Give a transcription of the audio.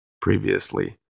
previously